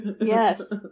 Yes